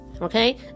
okay